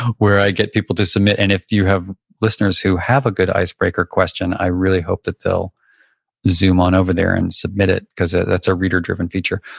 where i get people to submit. and if you have listeners who have a good icebreaker question, i really hope that they'll zoom on over there and submit it because that's a reader driven feature.